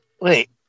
wait